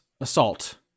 assault